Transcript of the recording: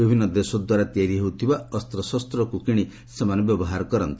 ବିଭିନ୍ନ ଦେଶ ଦ୍ୱାରା ତିଆରି ହେଉଥିବା ଅସ୍ତ୍ରଶସ୍ତକୁ କିଣି ସେମାନେ ବ୍ୟବହାର କରନ୍ତି